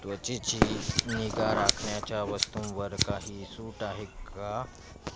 त्वचेची निगा राखण्याच्या वस्तूंवर काही सूट आहे का